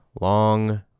long